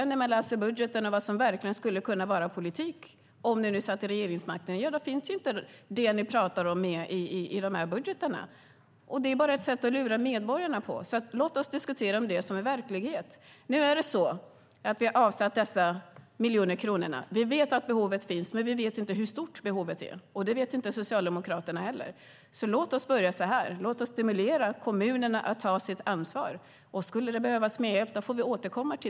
När man läser era budgetförslag och vad som verkligen skulle kunna vara er politik om ni satt vid regeringsmakten - ja, då framgår det att det ni talar om inte finns med i budgetarna. Det är bara ett sätt att lura medborgarna på. Låt oss diskutera vad som är verklighet. Vi har avsatt dessa miljoner kronor. Vi vet att behovet finns, men vi vet inte hur stort behovet är. Det vet inte Socialdemokraterna heller. Låt oss börja med att stimulera kommunerna till att ta sitt ansvar. Om det behövs mer får vi återkomma.